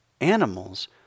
animals